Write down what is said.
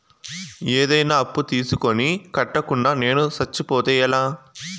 ఏదైనా అప్పు తీసుకొని కట్టకుండా నేను సచ్చిపోతే ఎలా